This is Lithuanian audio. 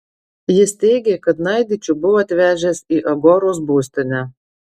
jis teigė kad naidičių buvo atsivežęs į agoros būstinę